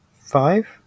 five